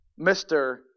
Mr